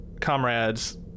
comrades